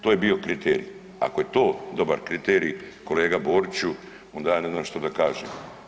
To je bio kriterij, ako je to dobar kriterij kolegu Boriću onda ja ne znam što da kažem.